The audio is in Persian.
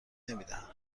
نمیدهند